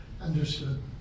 Understood